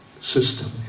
system